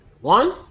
One